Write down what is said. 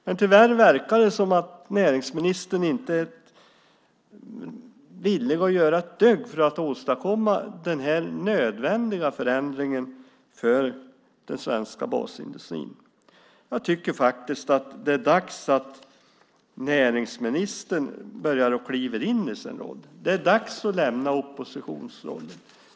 Men tyvärr verkar det som om näringsministern inte är villig att göra ett dugg för att åstadkomma den här nödvändiga förändringen för den svenska basindustrin. Jag tycker faktiskt att det är dags att näringsministern börjar kliva in i sin roll. Det är dags att lämna oppositionsrollen.